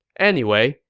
anyway,